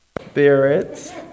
Spirits